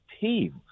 team